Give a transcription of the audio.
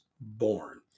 born